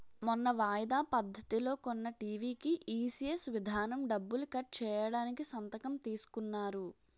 మొన్న వాయిదా పద్ధతిలో కొన్న టీ.వి కీ ఈ.సి.ఎస్ విధానం డబ్బులు కట్ చేయడానికి సంతకం తీసుకున్నారు